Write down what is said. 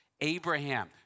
Abraham